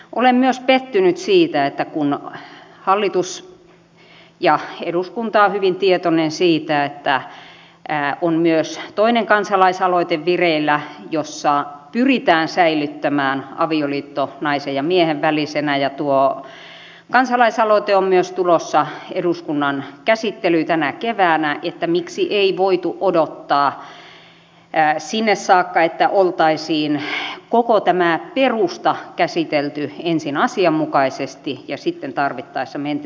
olen myös pettynyt siihen että kun hallitus ja eduskunta ovat hyvin tietoisia siitä että on myös toinen kansalaisaloite vireillä jossa pyritään säilyttämään avioliitto naisen ja miehen välisenä ja tuo kansalaisaloite on myös tulossa eduskunnan käsittelyyn tänä keväänä niin ei voitu odottaa sinne saakka että oltaisiin koko tämä perusta käsitelty ensin asianmukaisesti ja sitten tarvittaessa menty näihin yksityiskohtiin